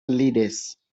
leaders